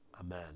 amen